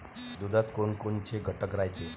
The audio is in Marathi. दुधात कोनकोनचे घटक रायते?